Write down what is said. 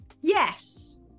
Yes